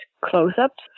close-ups